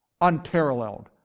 Unparalleled